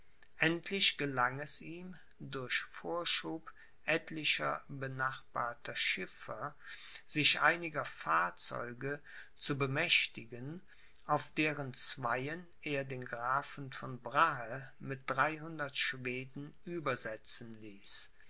endlich gelang es ihm durch vorschub etlicher benachbarten schiffer sich einiger fahrzeuge zu bemächtigen auf deren zweien er den grafen von brahe mit dreihundert schweden übersetzen ließ